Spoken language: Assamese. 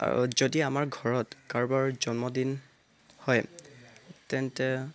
আৰু যদি আমাৰ ঘৰত কাৰোবাৰ জন্মদিন হয় তেন্তে